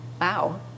Wow